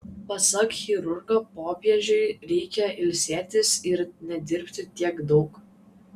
pasak chirurgo popiežiui reikia ilsėtis ir nedirbti tiek daug